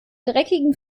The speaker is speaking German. dreckigen